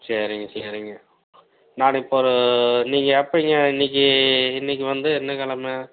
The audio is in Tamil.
சரிங்க சரிங்க நான் இப்போ ஒரு நீங்கள் எப்போங்க இன்றைக்கி இன்றைக்கி வந்து என்ன கிழம